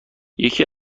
یکی